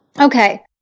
Okay